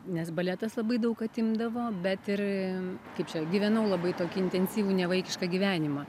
nes baletas labai daug atimdavo bet ir kaip čia gyvenau labai tokį intensyvų nevaikišką gyvenimą